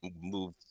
move